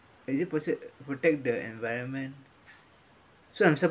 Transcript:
is it possible to protect the environment so I'm